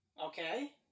Okay